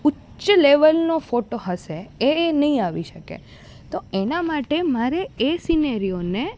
ઉચ્ચ લેવલનો ફોટો હશે એ એ નહીં આવી શકે તો એના માટે મારે એ સીનેરિયોને